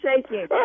shaking